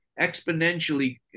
exponentially